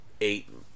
eight